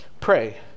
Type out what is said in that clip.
pray